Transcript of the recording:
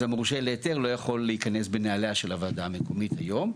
אז המורשה להיתר לא יכול להיכנס בנעליה של הוועדה המקומית היום,